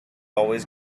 always